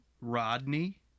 Rodney